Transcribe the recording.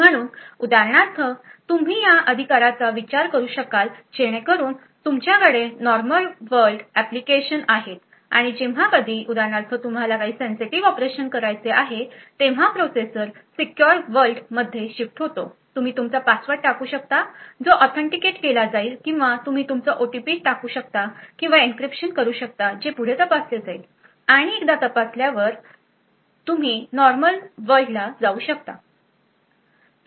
म्हणून उदाहरणार्थ तुम्ही या अधिकाराचा विचार करू शकाल जेणेकरून तुमच्याकडे नॉर्मल वर्ल्ड ऍप्लिकेशन्स आहेत आणि जेव्हा कधी उदाहरणार्थ तुम्हाला काही सेन्सिटिव्ह ऑपरेशन करायचे आहे तेव्हा प्रोसेसर सीक्युर वर्ल्ड मध्ये शिफ्ट होतो तुम्ही तुमचा पासवर्ड टाकू शकता जो ऑथेंटिकेट केला जाईल किंवा तुम्ही तुमचा ओटीपी टाकू शकता किंवा इंक्रीप्शन करू शकता जे पुढे तपासले जाईल आणि एकदा तपासल्यावर तुम्ही नॉर्मल वर्ल्डला जाऊ शकतात